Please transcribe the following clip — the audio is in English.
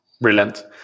Brilliant